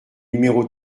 numéro